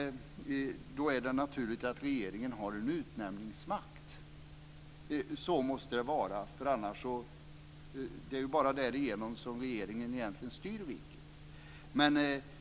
Det är då naturligt att regeringen har en utnämningsmakt. Så måste det vara. Det är ju egentligen bara därigenom som regeringen styr riket.